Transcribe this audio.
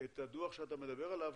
את הדו"ח שאתה מדבר עליו,